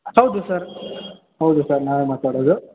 ಹೌದು ಸರ್ ಹೌದು ಸರ್ ನಾವೇ ಮಾತಾಡೋದು